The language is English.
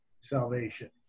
salvation